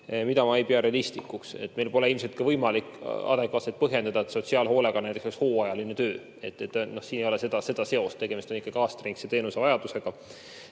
mida ma ei pea realistlikuks. Meil pole ilmselt ka võimalik adekvaatselt põhjendada, et sotsiaalhoolekanne on hooajaline töö – siin ei ole seda seost. Tegemist on ikkagi aastaringse teenusevajadusega. Kui